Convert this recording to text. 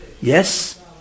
Yes